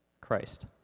Christ